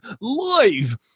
live